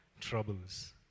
troubles